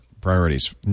priorities